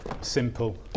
simple